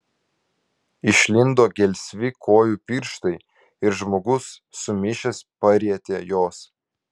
išlindo gelsvi kojų pirštai ir žmogus sumišęs parietė juos